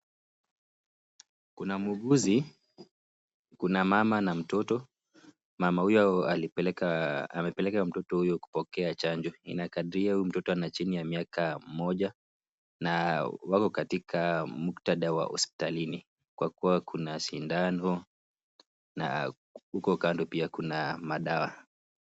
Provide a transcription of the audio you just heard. Kuna muuguzi ,Kuna mama na mtoto ,mama huyo amepeleka mtoto huyo kupokea chanjo, inakadiria huyo mtoto Ako katika umri wa chini wa mwaka mmoja na wako katika mukthadha wa hospitalini Kwa kua Kuna sindano na uko Kando pia Kuna madawa